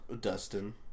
Dustin